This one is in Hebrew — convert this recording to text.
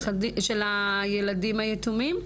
של הילדים היתומים?